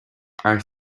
are